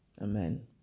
Amen